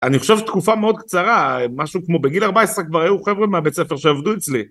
אני חושב שתקופה מאוד קצרה, משהו כמו... בגיל ארבע-עשרה כבר היו חבר'ה מהבית הספר שעבדו אצלי.